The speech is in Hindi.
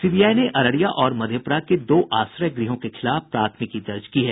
सीबीआई ने अररिया और मधेपुरा दो आश्रय गृहों के खिलाफ प्राथमिकी दर्ज की है